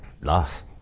loss